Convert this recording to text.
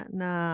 na